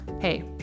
Hey